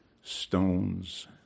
stones